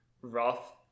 rough